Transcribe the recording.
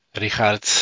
Richard